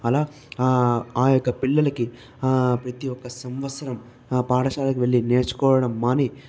అలా ఆ యొక్క పిల్లలకి ప్రతి ఒక్క సంవత్సరం ఆ పాఠశాలకు వెళ్ళి నేర్చుకోవడం మాని